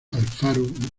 alfaro